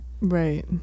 Right